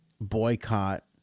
boycott